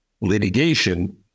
litigation